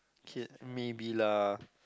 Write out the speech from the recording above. okay maybe lah